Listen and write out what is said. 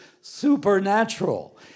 supernatural